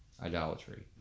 idolatry